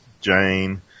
Jane